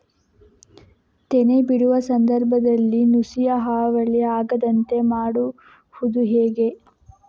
ತೆನೆ ಬಿಡುವ ಸಂದರ್ಭದಲ್ಲಿ ನುಸಿಯ ಹಾವಳಿ ಆಗದಂತೆ ಮಾಡುವುದು ಹೇಗೆ?